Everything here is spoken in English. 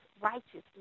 righteousness